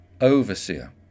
overseer